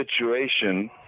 situation